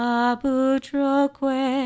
abutroque